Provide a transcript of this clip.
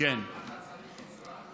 אני מבקש ממך, אם אתה צריך עזרה,